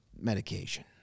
medication